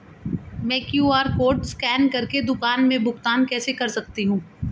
मैं QR code scan कर के दुकान में भुगतान कैसे कर सकती हूँ?